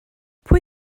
pwy